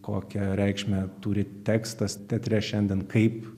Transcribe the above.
kokią reikšmę turi tekstas teatre šiandien kaip